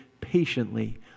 patiently